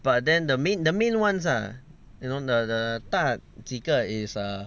but then the main the main one ah you know the 大几个 is err